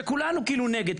שכולנו נגד,